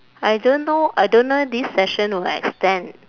I don't know I don't know this session will extend